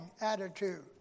attitude